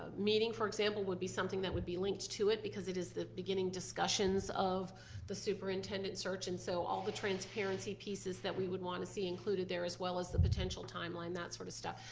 meeting for example would be something that would be linked to it because it is the beginning discussions of the superintendent search and so all the transparency pieces that we would want to see included there as well as the potential timeline, that sort of stuff.